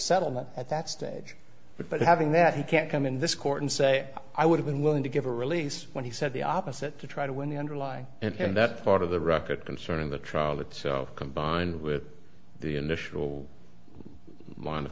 settlement at that stage but having that he can't come in this court and say i would have been willing to give a release when he said the opposite to try to win the underlying and that part of the record concerning the trial itself combined with the initial